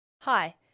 Hi